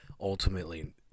ultimately